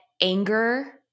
anger